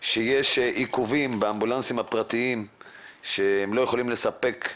שיש עיכובים באמבולנסים הפרטיים שהם לא יכולים לספק,